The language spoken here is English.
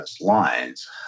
lines